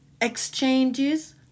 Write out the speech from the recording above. exchanges